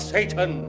Satan